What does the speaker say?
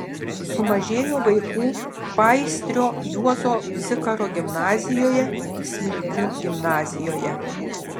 sumažėjo vaikų paįstrio juozo zikaro gimnazijoje smilgių gimnazijoje